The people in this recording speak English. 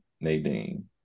Nadine